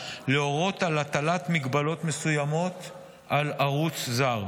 להורות על הטלת מגבלות מסוימות על ערוץ זר.